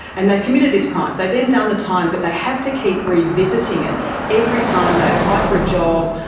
and they've committed this crime. they've then done the time but they have to keep revisiting it every time they apply for a job,